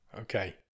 Okay